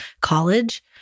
college